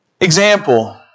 example